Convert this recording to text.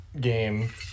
game